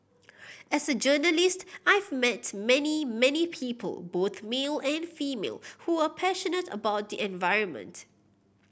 as a journalist I've met many many people both male and female who are passionate about the environment